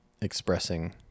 Expressing